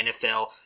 NFL